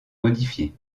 modifié